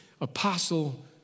apostle